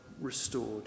restored